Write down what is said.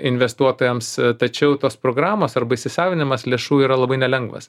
investuotojams tačiau tos programos arba įsisavinimas lėšų yra labai nelengvas